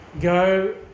Go